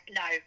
no